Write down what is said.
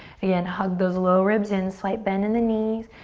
again, hug those low ribs in. slight bend in the knees.